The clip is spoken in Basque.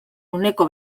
uneko